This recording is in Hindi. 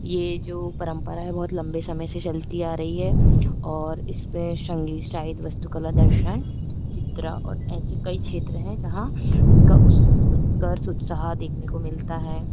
यह जो परंपरा है बहुत लंबे समय से चलती आ रही है और इसमें संगीत साहित्य वास्तुकला दर्शन चित्र और ऐसे कई क्षेत्र हैं जहाँ इसका उत्कर्ष उत्साह देखने को मिलता है